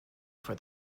for